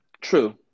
true